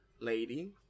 lady